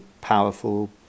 powerful